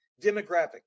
demographic